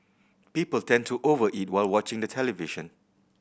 people tend to over eat while watching the television